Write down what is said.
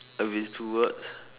if it's two words